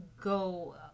go